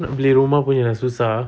kau nak beli rumah punya susah